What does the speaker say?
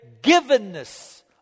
givenness